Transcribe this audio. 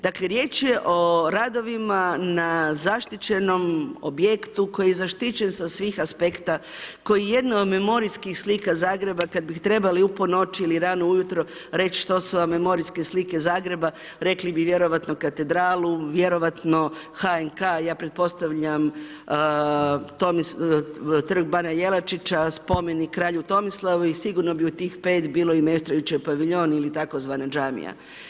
Dakle riječ je o radovima na zaštićenom objektu koji je zaštićen sa svim aspekta, koje je jedno od memorijskih slika Zagreba kad bi trebali u po noći ili rano ujutro reći što su vam memorijske slike Zagreba, rekli bi vjerojatno katedralu, vjerovatno HNK, ja pretpostavljam Trg bana Jelačića, spomenik kralju Tomislavu i sigurno bi u tih 5 bilo i Meštrovićev paviljon ili tzv. džamija.